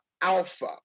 Alpha